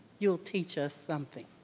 you'll teach us something.